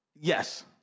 Yes